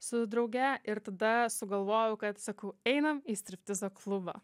su drauge ir tada sugalvojau kad sakau einame į striptizo klubą